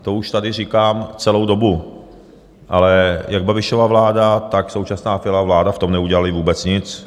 To už tady říkám celou dobu, ale jak Babišova vláda, tak současná Fialova vláda v tom neudělaly vůbec nic.